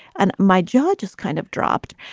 and my jaw just kind of dropped.